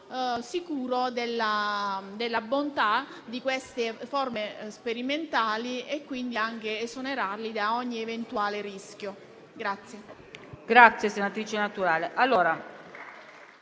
sicuro della bontà di queste forme sperimentali e quindi esonerandolo da ogni eventuale rischio.